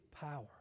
power